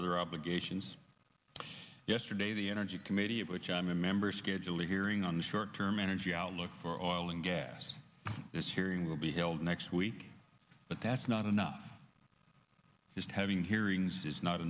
other obligations yesterday the energy committee of which i'm a member scheduled a hearing on the short term energy outlook for oil and gas this hearing will be held next week but that's not enough just having hearings is not